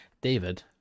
David